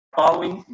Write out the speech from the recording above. following